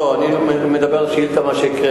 לא, אני לא מדבר על שאילתא, מה שהקראת.